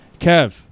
Kev